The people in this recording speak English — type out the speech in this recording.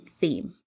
theme